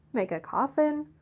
make a coffin,